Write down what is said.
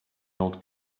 old